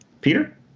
Peter